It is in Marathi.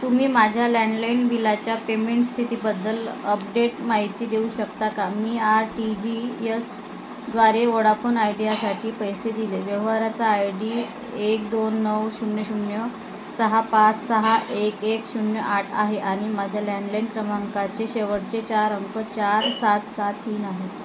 तुम्ही माझ्या लँडलाईन बिलाच्या पेमेंट स्थितीबद्दल अपडेट माहिती देऊ शकता का मी आर टी जी यस द्वारे वोडाफोन आयडीयासाठी पैसे दिले व्यवहाराचा आय डी एक दोन नऊ शून्य शून्य सहा पाच सहा एक एक शून्य आठ आहे आणि माझ्या लँडलाईन क्रमांकाचे शेवटचे चार अंक चार सात सात तीन आहे